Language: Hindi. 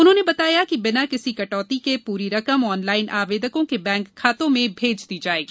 उन्होंने बताया कि बिना किसी कटौती के पूरी रकम ऑनलाइन आवेदकों के बैंक खातों में भेज दी जाएगी